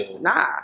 Nah